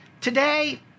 Today